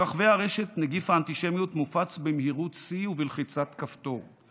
ברחבי הרשת נגיף האנטישמיות מופץ במהירות שיא ובלחיצת כפתור.